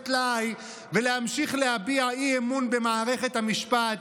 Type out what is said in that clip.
טלאי ולהמשיך להביע אי-אמון במערכת המשפט,